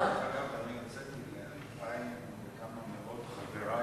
כמה מאות חברי